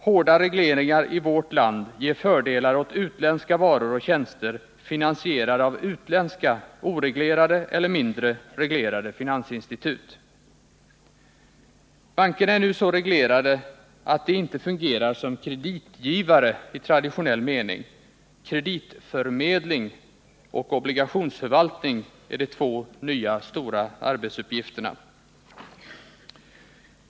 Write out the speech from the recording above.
Hårda regleringar i vårt land ger fördelar åt utländska varor och tjänster finansierade av utländska oreglerade eller mindre reglerade finansinstitut. Bankerna är nu så reglerade att de inte fungerar som kreditgivare i traditionell mening. Kreditförmedling och obligationsförvaltning är de två nya stora arbetsuppgifterna.